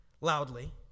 loudly